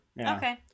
Okay